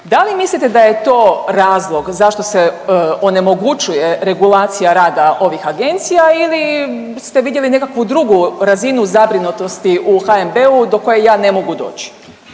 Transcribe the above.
Da li mislite da je to razlog zašto se onemogućuje regulacija rada ovih agencija ili ste vidjeli nekakvu drugu razinu zabrinutosti u HNB-u do koje ja ne mogu doći?